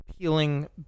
peeling